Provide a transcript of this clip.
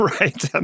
right